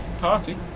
party